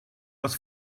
was